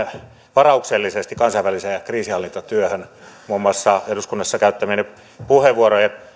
varauksellisesti kansainväliseen kriisinhallintatyöhön muun muassa eduskunnassa käyttämienne puheenvuorojen